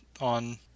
on